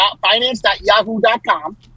finance.yahoo.com